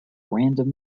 random